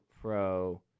Pro